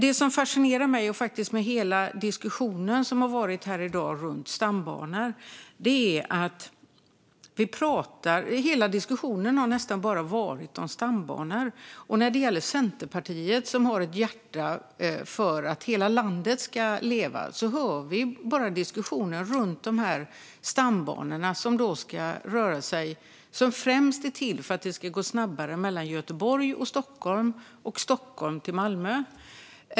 Det fascinerar mig att hela diskussionen här i dag nästan bara har gällt stambanor. Centerpartiet har ett hjärta för att hela landet ska leva. Men vi hör bara diskussioner om stambanorna, som främst är till för att det ska gå snabbare att resa mellan Göteborg och Stockholm och mellan Stockholm och Malmö.